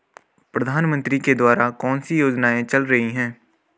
प्रधानमंत्री के द्वारा कौनसी योजनाएँ चल रही हैं?